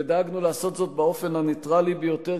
ודאגנו לעשות זאת באופן הנייטרלי ביותר,